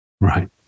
Right